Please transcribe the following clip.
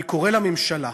אני קורא לממשלה: